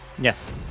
Yes